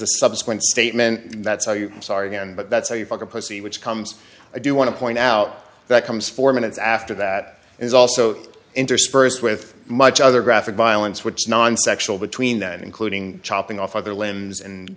the subsequent statement that's how you sorry again but that's how you fuckin pussy which comes i do want to point out that comes four minutes after that is also interspersed with much other graphic violence which non sexual between them including chopping off other limbs and